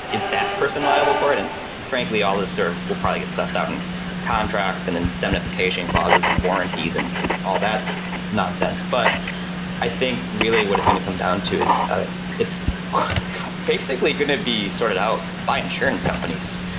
is that person liable for it? and frankly all this serve, will probably get sussed out in and contracts and indemnification clauses and warranties and all that nonsense but i think really what it's going to come down to is ah it's basically going to be sorted out by insurance companies.